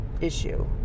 issue